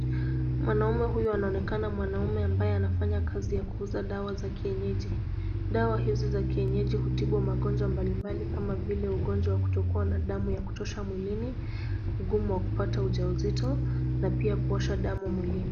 Mwanamume huyu anaonekana mwanamume ambaye anafanya kazi ya kuuza dawa za kienyeji, dawa hizi za kienyeji hutibu magonjwa mbalimbali kama vile ugonjwa wa kutokuwa na damu wa kutosha mwilini, ugumu wa kupata ujauzito na pia kuosha damu mwilini.